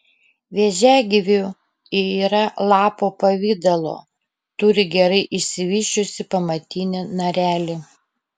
vėžiagyvių yra lapo pavidalo turi gerai išsivysčiusį pamatinį narelį